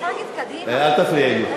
אל תפריעי לי.